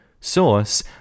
Source